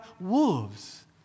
wolves